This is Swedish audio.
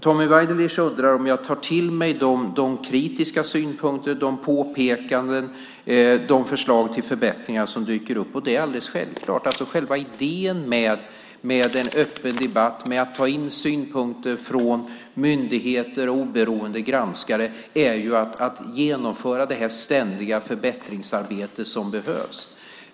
Tommy Waidelich undrar om jag tar till mig de kritiska synpunkter, de påpekanden och de förslag till förbättringar som dyker upp. Det gör jag alldeles självklart. Själva idén med en öppen debatt och med att ta in synpunkter från myndigheter och oberoende granskare är att genomföra det här ständiga förbättringsarbetet som behövs.